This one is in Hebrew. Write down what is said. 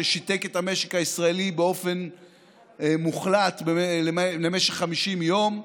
ששיתק את המשק הישראלי באופן מוחלט למשך 50 יום,